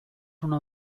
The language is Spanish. uno